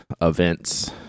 events